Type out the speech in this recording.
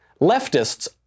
leftists